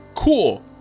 Cool